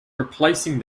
replacing